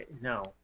no